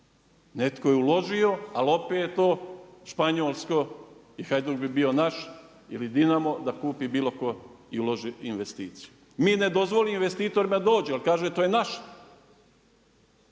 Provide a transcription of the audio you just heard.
Netko je uložio, ali opet je to Španjolsko i Hajduk bi bio naš ili Dinamo da kupi bilo tko i uloži investiciju. Mi ne dozvolimo investitorima da dođu jer kaže to je naše.